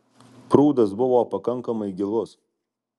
prūdas buvo pakankamai gilus